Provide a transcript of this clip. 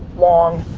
long,